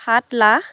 সাত লাখ